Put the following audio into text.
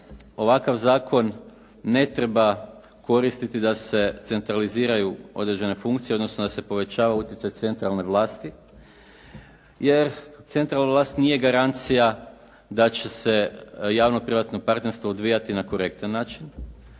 ovakav zakon ne treba koristiti da se centraliziraju određene funkcije, odnosno da se povećava utjecaj centralne vlasti, jer centralna vlast nije garancija da će se javno-privatno partnerstvo odvijati na korektan način.